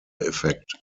effect